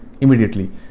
immediately